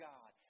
God